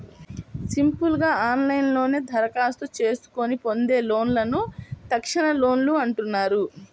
simple గా ఆన్లైన్లోనే దరఖాస్తు చేసుకొని పొందే లోన్లను తక్షణలోన్లు అంటున్నారు